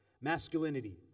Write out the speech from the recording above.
masculinity